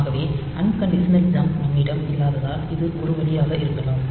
ஆகவே unconditional jump நம்மிடம் இல்லாததால் இது ஒரு வழியாக இருக்கலாம்